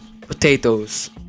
Potatoes